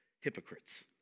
hypocrites